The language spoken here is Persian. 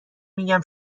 میگم